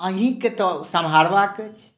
अहींँकेँ तऽ सम्हारवाके अछि